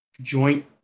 joint